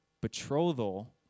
betrothal